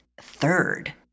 third